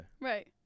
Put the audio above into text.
Right